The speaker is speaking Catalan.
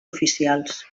oficials